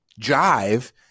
jive